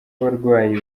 abarwayi